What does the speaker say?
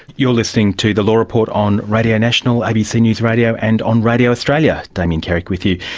you're listening to the law report on radio national, abc news radio and on radio australia. damien carrick with you.